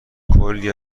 کلی